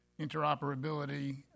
interoperability